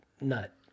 nut